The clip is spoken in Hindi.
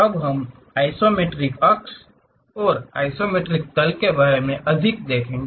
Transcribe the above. अब हम आइसोमेट्रिक अक्ष और आइसोमेट्रिक तल के बारे में अधिक देखेंगे